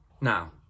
Now